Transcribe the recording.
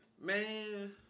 man